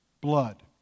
blood